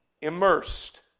immersed